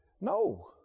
No